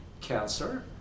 cancer